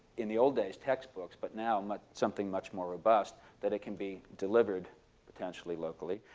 in the old days, textbooks, but now but something much more robust that it can be delivered potentially locally?